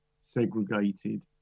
segregated